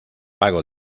pago